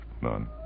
None